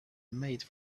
made